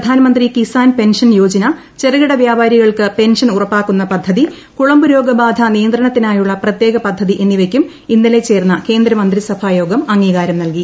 Pradhan Mantri Kisan pension Yojana ചെറുകിട വ്യാപാരികൾക്ക് pension ഉറപ്പാക്കുന്ന പദ്ധരിക്കുളമ്പുരോഗബാധ നിയന്ത്രണത്തിനായുള്ള പ്രത്യേക പദ്ധതി എന്നിവിയ്ക്കു്ം ഇന്നലെ ചേർന്ന കേന്ദ്രമന്ത്രിസഭയോഗം അംഗീകാരം നൽകി